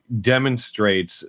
demonstrates